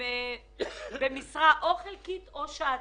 במשרה חלקית או שעתית.